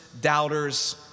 doubters